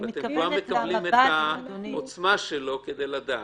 אתם כבר מקבלים את העוצמה שלו כדי לדעת,